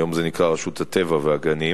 היום זה נקרא רשות הטבע והגנים,